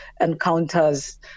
encounters